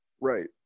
Right